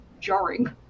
jarring